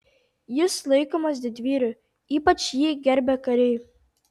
jis laikomas didvyriu ypač jį gerbia kariai